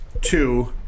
Two